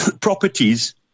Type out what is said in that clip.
properties